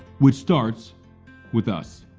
which starts with us,